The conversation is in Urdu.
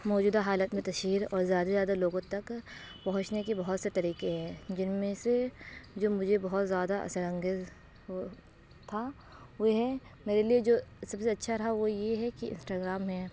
موجودہ حالت میں تشہیر اور زیادہ سے زیادہ لوگوں تک پہنچنے کے بہت سے طریقے ہیں جن میں سے جو مجھے بہت زیادہ اثرانگیز وہ تھا وہ ہے میرے لیے جو سب سے اچھا رہا وہ یہ ہے کہ انسٹاگرام ہے